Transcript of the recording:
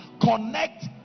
connect